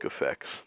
effects